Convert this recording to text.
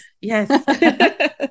yes